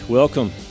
welcome